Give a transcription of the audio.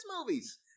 movies